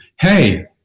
Hey